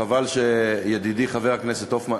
חבל שידידי חבר הכנסת הופמן,